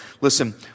Listen